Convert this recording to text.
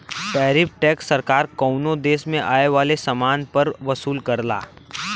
tariff tax सरकार कउनो देश में आये वाले समान पर वसूल करला